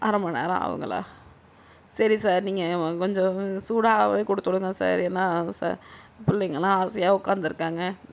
அரை மணி நேரம் ஆகுங்களா சரி சார் நீங்கள் கொஞ்சம் சூடாகவே கொடுத்து விடுங்க சார் ஏன்னா சார் பிள்ளைங்கெல்லாம் ஆசையாக உக்கார்ந்துருக்காங்க